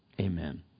amen